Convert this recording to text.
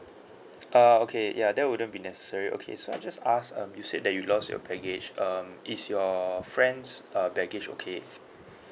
uh okay ya that wouldn't be necessary okay so I just ask um you said that you lost your baggage um is your friend's err baggage okay